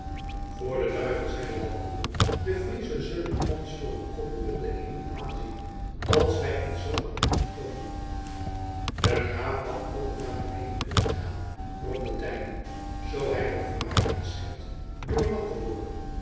voor den duivel zeide walcourt de friezen zullen ons voor een koppel wilde eenden aanzien als wij ons zoo aan hen vertoonen de graaf had ook wel naar beneden kunnen gaan bromde teylingen zoo hij er vermaak in schept doornat te worden